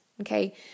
okay